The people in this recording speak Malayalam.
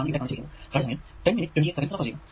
അതാണ് ഇവിടെ കാണിച്ചിരിക്കുന്നത്